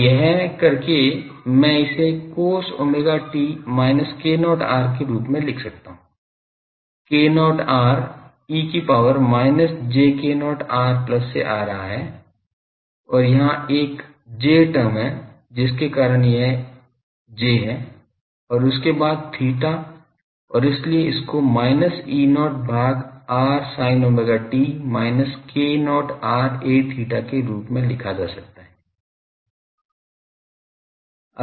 तो यह करके मैं इसे cos omega t minus k0 r के रूप में लिख सकता हूं k0 r e की power minus j k0 r plus से आ रहा है यहाँ एक j टर्म है जिसके कारण यह यह j है और उसके बाद theta और इसलिए इसको minus E0 भाग r sin omega t minus k0 r aθ के रूप में लिखा जा सकता है